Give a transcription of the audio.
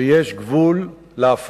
שיש גבול להפרטה,